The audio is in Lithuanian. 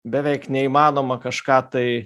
beveik neįmanoma kažką tai